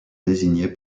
désigné